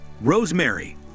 rosemary